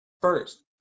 first